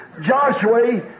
Joshua